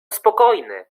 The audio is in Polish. spokojny